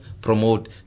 promote